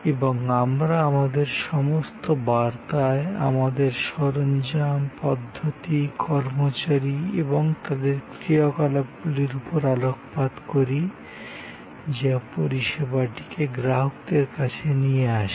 এবং আমরা আমাদের সমস্ত বার্তায় আমাদের সরঞ্জাম পদ্ধতি কর্মচারী এবং তাদের ক্রিয়াকলাপগুলির উপর আলোকপাত করি যা পরিষেবাটিকে গ্রাহকদের কাছে নিয়ে আসে